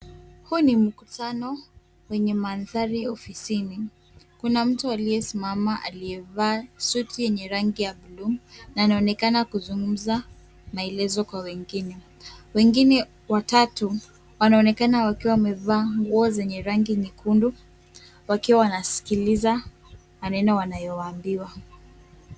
Huu ni mkutano wenye mandhari ya ofisini. Kuna mtu aliyesimama aliyevaa suti yenye rangi ya bluu na anaonekana kuzungumza maelezo kwa wengine. Wengine watatu wanaonekana wakiwa wamevaa nguo zenye rangi nyekundu wakiwa wanasikiliza maneno wanayoambiwa.